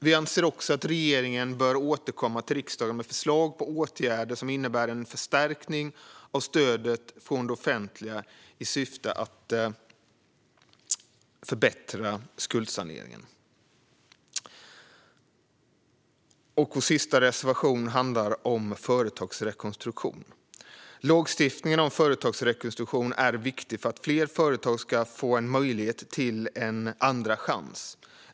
Vi anser också att regeringen bör återkomma till riksdagen med förslag på åtgärder som innebär en förstärkning av stödet från det offentliga i syfte att förbättra skuldsaneringen. Vår sista reservation handlar om företagsrekonstruktion. Lagstiftningen om företagsrekonstruktion är viktig för att fler företag ska få möjlighet till en andra chans.